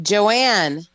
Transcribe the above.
Joanne